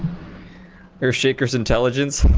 her shakers intelligence